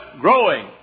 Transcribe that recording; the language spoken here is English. growing